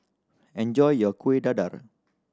enjoy your Kueh Dadar